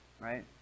right